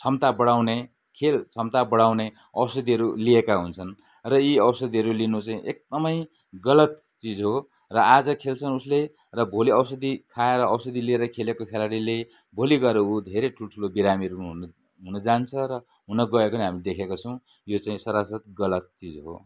क्षमता बढाउने खेल क्षमता बढाउने औषधीहरू लिएका हुन्छन् र यी औषधीहरू लिनु चाहिँ एकदमै गलत चिज हो र आज खेल्छन् उसले र भोलि औषधी खाएर औषधी लिएर खेलेको खेलाडीले भोलि गएर उ धेरै ठुल्ठुलो बिरामीहरू नि हुन हुन जान्छ र हुन गएको पनि हामीले देखेका छौँ यो चाहिँ सरासर गलत चिज हो